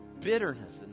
bitterness